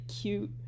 cute